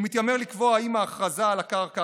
הוא מתיימר לקבוע אם ההכרזה על הקרקע